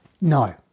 No